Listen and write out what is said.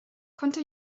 konnte